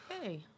Hey